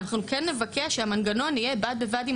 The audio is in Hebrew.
אנחנו כן נבקש שהמנגנון יהיה בד בבד עם